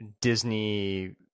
Disney